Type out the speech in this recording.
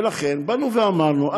ולכן אמרנו,